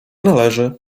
należy